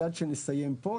כשנסיים פה,